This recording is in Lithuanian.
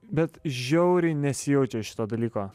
bet žiauriai nesijaučia šito dalyko